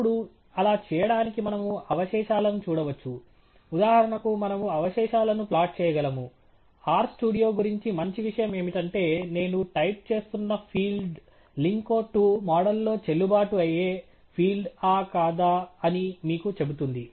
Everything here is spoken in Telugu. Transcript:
ఇప్పుడు అలా చేయడానికి మనము అవశేషాలను చూడవచ్చు ఉదాహరణకు మనము అవశేషాలను ప్లాట్ చేయగలము R స్టూడియో గురించి మంచి విషయం ఏమిటంటే నేను టైప్ చేస్తున్న ఫీల్డ్ లింకో 2 మోడల్లో చెల్లుబాటు అయ్యే ఫీల్డ్ ఆ కాదా అని మీకు చెబుతుంది